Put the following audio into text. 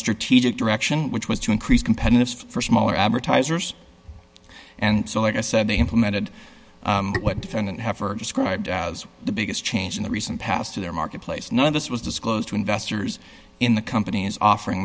strategic direction which was to increase competitive for smaller advertisers and so like i said they implemented what defendant have heard described as the biggest change in the recent past to their market place none of this was disclosed to investors in the companies offering